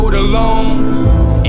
alone